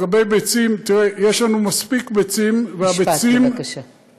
לגבי ביצים, תראה, יש לנו מספיק ביצים, והביצים,